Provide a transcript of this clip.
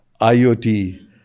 IoT